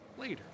later